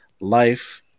life